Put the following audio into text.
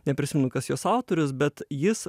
neprisimenu kas jos autorius bet jis